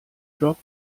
job